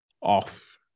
off